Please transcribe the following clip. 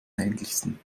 ähnlichsten